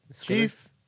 Chief